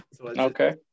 Okay